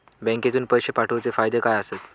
बँकेतून पैशे पाठवूचे फायदे काय असतत?